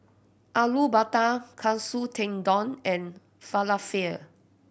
Alu Matar Katsu Tendon and Falafel